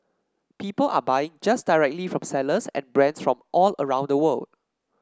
people are buying just directly from sellers and brands from all around the world